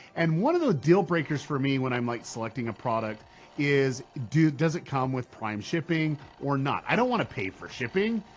and one of the deal breakers for me, when i'm like selecting a product is does it come with prime shipping, or not. i don't want to pay for shipping.